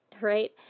right